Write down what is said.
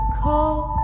cold